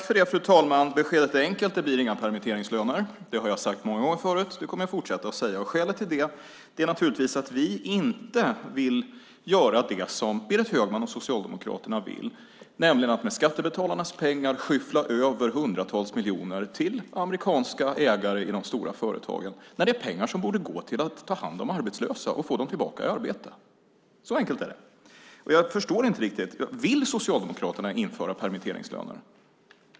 Fru talman! Beskedet är enkelt. Det blir inga permitteringslöner. Det har jag sagt många gånger förut och kommer att fortsätta säga. Skälet är att vi inte vill göra det som Berit Högman och Socialdemokraterna vill, nämligen skyffla över hundratals miljoner av skattebetalarnas pengar till amerikanska ägare i de stora företagen - pengar som borde gå till att ta hand om arbetslösa och få dem tillbaka i arbete. Så enkelt är det. Jag förstår inte riktigt. Vill Socialdemokraterna införa permitteringslöner?